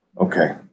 Okay